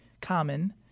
common